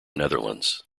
netherlands